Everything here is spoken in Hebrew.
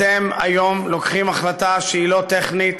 אתם היום מחליטים החלטה שהיא לא טכנית,